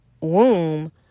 womb